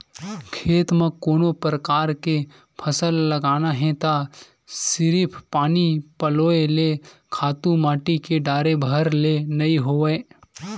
खेत म कोनो परकार के फसल लगाना हे त सिरिफ पानी पलोय ले, खातू माटी के डारे भर ले नइ होवय